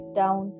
down